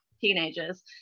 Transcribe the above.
teenagers